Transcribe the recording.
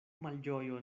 malĝojo